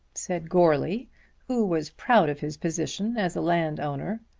said goarly who was proud of his position as a landowner.